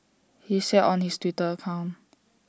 he said on his Twitter account